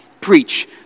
preach